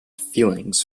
feelings